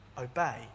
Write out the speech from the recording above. Obey